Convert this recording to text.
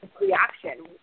Reaction